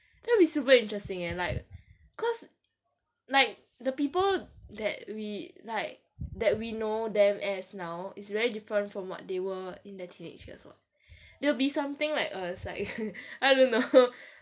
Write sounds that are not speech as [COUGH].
that would be super interesting eh like that cause like the people that we like that we know them as now is very different from what they were in their teenage years [what] they will be something like uh is like [LAUGHS] I don't know